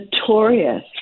notorious